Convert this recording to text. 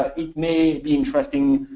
it may be interesting.